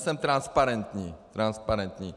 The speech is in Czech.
Já jsem transparentní, transparentní.